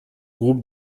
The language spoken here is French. groupe